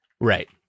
Right